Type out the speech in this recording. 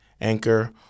Anchor